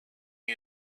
new